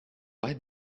why